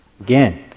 Again